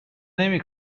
نمی